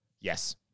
Yes